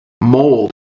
mold